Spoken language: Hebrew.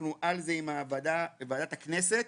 אנחנו על זה עם ועדת הכנסת,